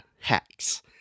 hacks